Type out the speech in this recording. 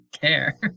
care